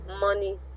money